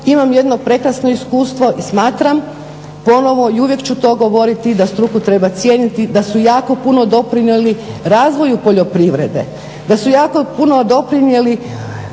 imam jedno prekrasno iskustvo i smatram ponovno i uvijek ću to govoriti da struku treba cijeniti, da su jako puno doprinijeli razvoju poljoprivrede, da su jako puno doprinijeli